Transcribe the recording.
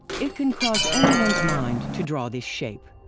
it can cross anyone's mind to draw this shape,